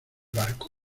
barco